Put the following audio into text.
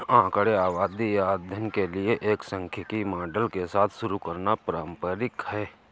आंकड़े आबादी या अध्ययन के लिए एक सांख्यिकी मॉडल के साथ शुरू करना पारंपरिक है